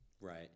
Right